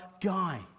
guy